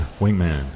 Wingman